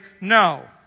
no